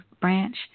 branch